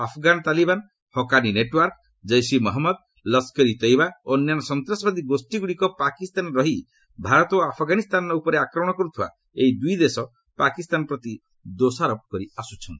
Afghan Taliban Haqqani network Jaish Mohammed Lashkar Taiba ଓ ଅନ୍ୟାନ୍ୟ ସନ୍ତାସବାଦୀ ଗୋଷ୍ଠୀଗୁଡ଼ିକ ପାକିସ୍ତାନରେ ରହି ଭାରତ ଓ ଆଫଗାନିସ୍ଥାନରେ ଆକ୍ରମଣ କରୁଥିବା ଏହି ଦୁଇଦେଶ ପାକିସ୍ତାନ ପ୍ରତି ଦୋଷାରୋପ କରିଅସ୍କଚ୍ଚନ୍ତି